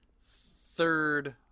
third